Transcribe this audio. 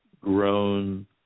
grown